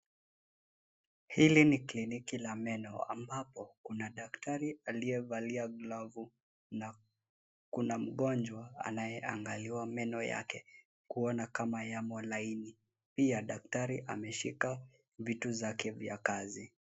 Hili ni kliniki la meno ambapo, kuna daktari aliyevalia glavu, na kuna mgonjwa, anayeangaliwa meno yake, kuona kama yamo laini. Pia daktari ameshika, vitu zake vya kazi.